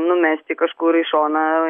numesti kažkur į šoną